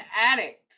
addict